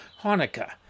Hanukkah